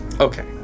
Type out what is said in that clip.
okay